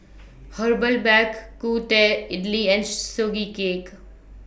Herbal Bak Ku Teh Idly and Sugee Cake